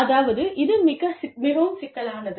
அதாவது இது மிகவும் சிக்கலானது